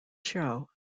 show